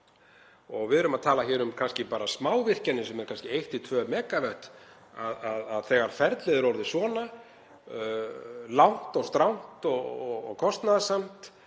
Við erum að tala um kannski bara smávirkjanir sem eru 1–2 megavött. Þegar ferlið er orðið svona langt og strangt og kostnaðarsamt